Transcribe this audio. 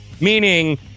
meaning